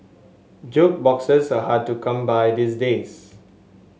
jukeboxes are hard to come by these days